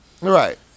Right